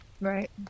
right